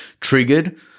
triggered